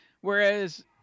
Whereas